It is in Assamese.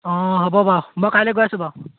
অঁ হ'ব বাৰু মই কাইলৈ গৈ আছোঁ বাৰু